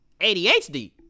ADHD